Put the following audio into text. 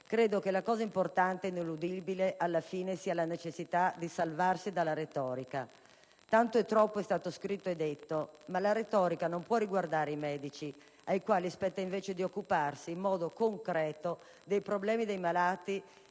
credo che, alla fine, sia importante ed ineludibile la necessità di salvarsi dalla retorica. Tanto e troppo è stato scritto e detto, ma la retorica non può riguardare i medici, ai quali spetta, invece, di occuparsi, in modo concreto, dei problemi dei malati